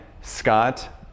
Scott